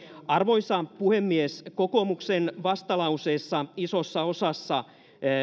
arvoisa puhemies kokoomuksen vastalauseissa isossa osassa